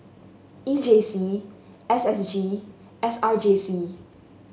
E J C S S G S R J C